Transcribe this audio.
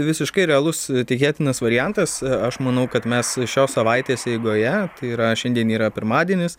visiškai realus tikėtinas variantas aš manau kad mes šios savaitės eigoje tai yra šiandien yra pirmadienis